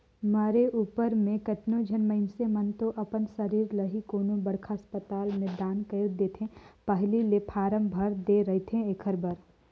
मरे उपर म केतनो झन मइनसे मन तो अपन सरीर ल ही कोनो बड़खा असपताल में दान कइर देथे पहिली ले फारम भर दे रहिथे एखर बर